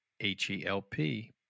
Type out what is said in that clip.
H-E-L-P